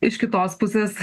iš kitos pusės